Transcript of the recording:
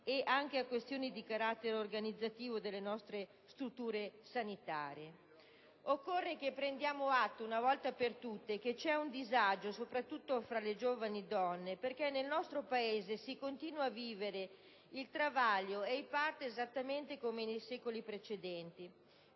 ed a questioni di carattere organizzativo delle nostre strutture sanitarie. Occorre che prendiamo atto una volta per tutte del disagio avvertito soprattutto tra le giovani donne, perché nel nostro Paese si continua a vivere il travaglio e il parto esattamente come nei secoli precedenti.